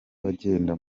bagenda